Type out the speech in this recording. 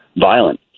violent